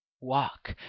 walk